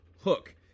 Hook